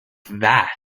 that